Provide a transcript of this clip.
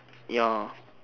your